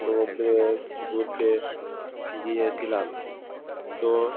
সমুদ্রে ঘুরতে গিয়েছিলাম তো